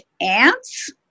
ants